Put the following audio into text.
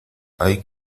hay